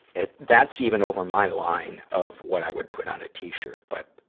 it, that's even over my line of what i would put on a t-shirt. but,